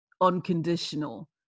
unconditional